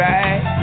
Right